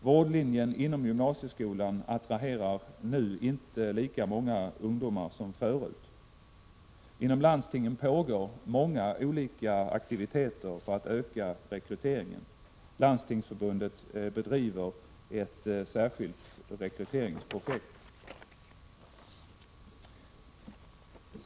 Vårdlinjen inom gymnasieskolan attraherar nu inte lika många ungdomar som förut. Inom landstingen pågår många olika aktiviteter för att öka rekryteringen. Landstingsförbundet bedriver ett särskilt rekryteringsprojekt.